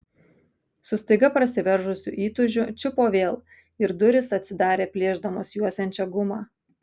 su staiga prasiveržusiu įtūžiu čiupo vėl ir durys atsidarė plėšdamos juosiančią gumą